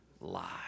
lie